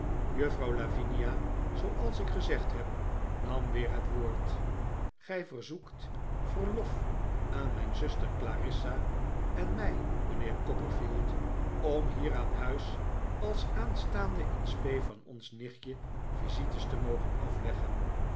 juffrouw lavinia zooals ik gezegd heb nam weer het woord gij verzoekt verlof aan mijn zuster clarissa en mij mijnheer copperfield om hier aan huis als aanstaande in spe van ons nichtje visites te mogen afleggen